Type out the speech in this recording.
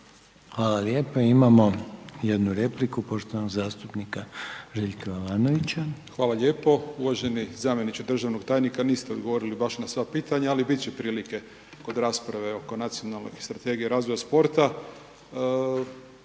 Hvala lijepa. Imamo jednu repliku poštovanog zastupnika Željka Jovanovića. **Jovanović, Željko (SDP)** Hvala lijepo. Uvaženi zamjeniče državnog tajnika niste odgovorili baš na sva pitanja ali biti će prilike kod rasprave oko Nacionalne strategije razvoja sporta.